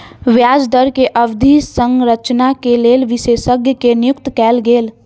ब्याज दर के अवधि संरचना के लेल विशेषज्ञ के नियुक्ति कयल गेल